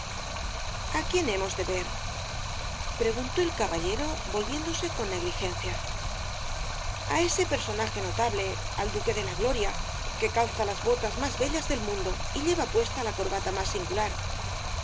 a quién hemos de ver preguntó el caballero volviéndose con negligencia a ese personaje notable al duque de la gloria que calza las botas más bellas del mundo y lleva puesta la corbata más singular